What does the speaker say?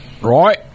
right